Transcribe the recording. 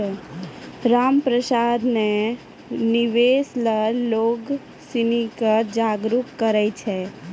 रामप्रसाद ने निवेश ल लोग सिनी के जागरूक करय छै